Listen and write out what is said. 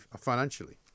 financially